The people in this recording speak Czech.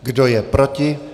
Kdo je proti?